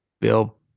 Bill